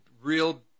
real